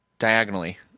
diagonally